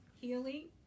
healing